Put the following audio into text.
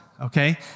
okay